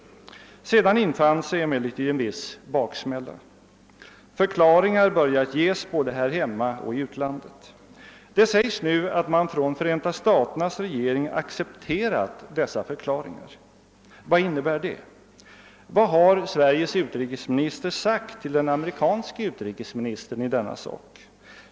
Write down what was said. Sedan infann sig emellertid en viss baksmälla. Förklaringar började ges här hemma och i utlandet. Det sägs nu att man från Förenta staternas regering accepterat dessa förklaringar. Vad innebär det? Vad har Sveriges utrikesminister sagt till den amerikanske utrikesministern i denna sak?